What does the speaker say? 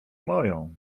moją